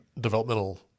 developmental